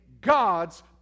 God's